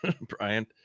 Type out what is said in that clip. Brian